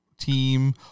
team